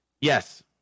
yes